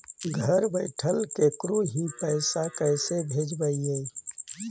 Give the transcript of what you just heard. घर बैठल केकरो ही पैसा कैसे भेजबइ?